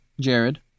jared